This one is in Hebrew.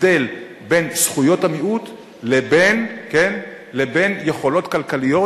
להבדל בין זכויות המיעוט לבין יכולות כלכליות,